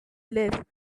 lifts